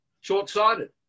Short-sighted